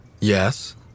Yes